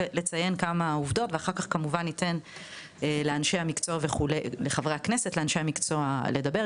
לציין כמה עובדות וכמובן אחר כך ניתן לחברי הכנסת ולאנשי המקצוע לדבר,